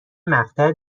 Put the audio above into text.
مقطع